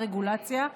רגולציה.